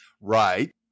Right